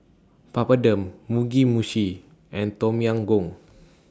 Papadum Mugi Meshi and Tom Yam Goong